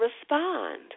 respond